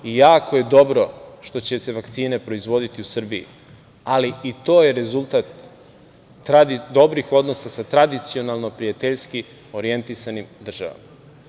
Jako je dobro što će se vakcine proizvoditi u Srbiji, ali, i to je rezultat dobrih odnosa sa tradicionalno prijateljski orijentisanim državama.